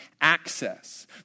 access